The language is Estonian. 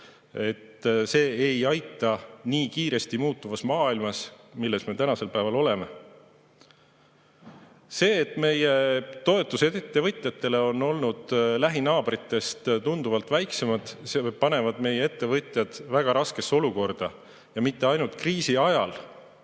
ei aita nii kiiresti muutuvas maailmas, milles me tänasel päeval oleme. See, et meie toetused ettevõtjatele on olnud lähinaabritest tunduvalt väiksemad, paneb meie ettevõtjad väga raskesse olukorda ja mitte ainult kriisi ajal,